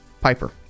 Piper